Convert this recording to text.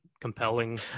compelling